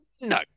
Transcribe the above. No